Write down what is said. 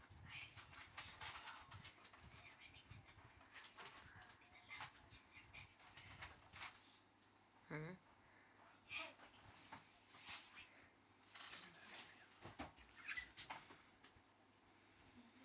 mmhmm